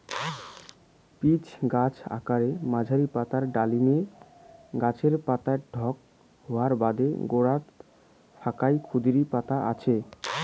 pitch গছ আকারে মাঝারী, পাতা ডালিম গছের পাতার ঢক হওয়ার বাদে গোরোত ফাইক ক্ষুদিরী পাতা আছে